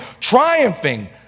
triumphing